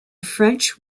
french